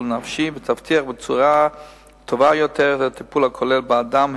נפשי ותבטיח בצורה טובה יותר את הטיפול הכולל באדם,